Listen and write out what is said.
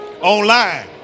Online